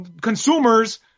Consumers